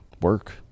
work